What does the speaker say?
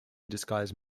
disguised